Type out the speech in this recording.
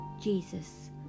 Jesus